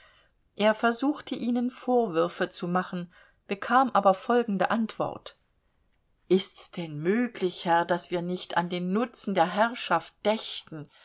er versuchte ihnen vorwürfe zu machen bekam aber folgende antwort ist's denn möglich herr daß wir nicht an den nutzen der herrschaft dächten